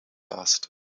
lost